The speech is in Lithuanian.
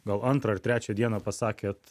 gal antrą ar trečią dieną pasakėt